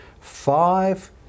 five